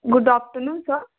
good afternoon sir